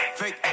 fake